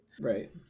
right